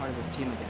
this team